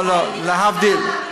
זה לא בר-השוואה.